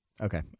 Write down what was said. okay